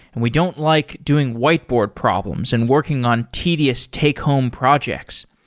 and we don't like doing whiteboard problems and working on tedious take home projects.